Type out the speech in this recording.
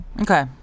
Okay